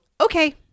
okay